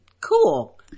Cool